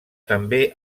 també